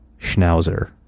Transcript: Schnauzer